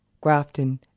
Grafton